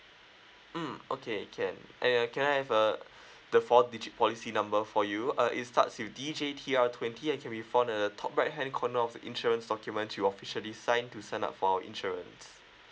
mm okay can and uh can I have uh the four digit policy number for you uh it starts with D J T R twenty it can be found at the top right hand corner of the insurance document you officially signed to sign up for our insurance